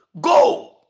Go